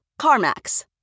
CarMax